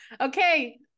okay